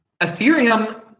Ethereum